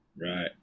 Right